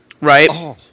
right